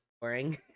boring